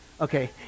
okay